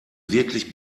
wirklich